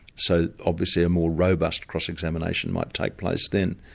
so obviously a more robust cross-examination might take place then.